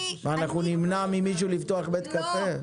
נמנע ממישהו לפתוח בית קפה?